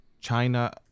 china